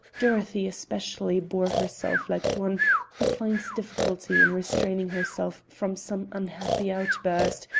dorothy especially bore herself like one who finds difficulty in restraining herself from some unhappy outburst,